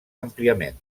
àmpliament